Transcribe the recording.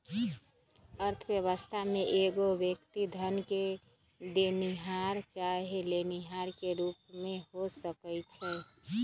अर्थव्यवस्था में एगो व्यक्ति धन देनिहार चाहे लेनिहार के रूप में हो सकइ छइ